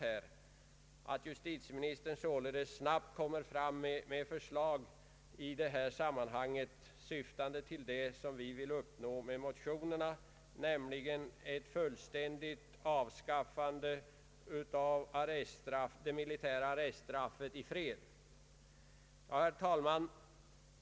Då skulle justitieministern måhända i görligaste mån uppfylla de löften som landets försvarsminister gav till värnpliktsriksdagen i Norrköping i februari om snabba åtgärder i det här fallet. Herr talman!